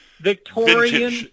Victorian